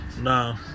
Nah